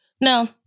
No